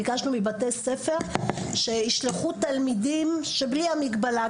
ביקשנו מבתי ספר שיישלחו תלמידים שבלי המגבלה,